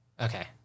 Okay